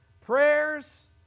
prayers